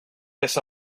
this